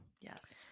Yes